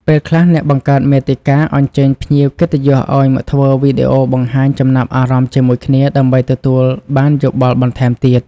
ពេលខ្លះ អ្នកបង្កើតមាតិកា អញ្ជើញភ្ញៀវកិត្តិយសឱ្យមកធ្វើវីដេអូបង្ហាញចំណាប់អារម្មណ៍ជាមួយគ្នា ដើម្បីទទួលបានយោបល់បន្ថែមទៀត។